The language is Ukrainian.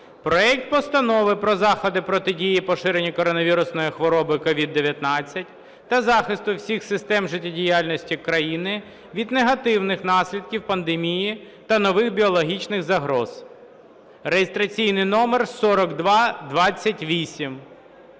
проект Постанови про заходи протидії поширенню коронавірусної хвороби (COVID-19) та захисту всіх систем життєдіяльності країни від негативних наслідків пандемії та нових біологічних загроз (реєстраційний номер 4228).